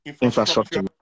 infrastructure